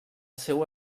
seu